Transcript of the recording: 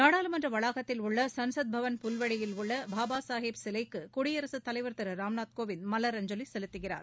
நாடாளுமன்ற வளாகத்தில் உள்ள சன்ஸத்பவன் புல்வெளியில் உள்ள பாபாசாகேப் சிலைக்கு குடியரசுத் தலைவர் திரு ராம்நாத் கோவிந்த மலர் அஞ்சலி செலுத்துகிறார்